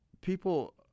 people